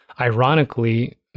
ironically